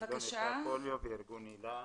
וארגון איל"ה